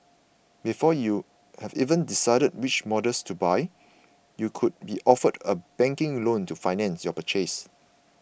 before you have even decided which models to buy you could be offered a banking loan to finance your purchase